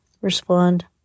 respond